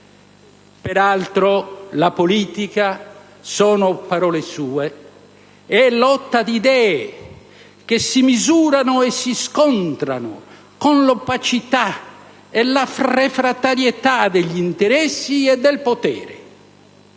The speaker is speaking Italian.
Peraltro, la politica - sono parole sue - «è lotta di idee che si misurano e si scontrano con l'opacità e la refrattarietà degli interessi e del potere,